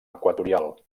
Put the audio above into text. equatorial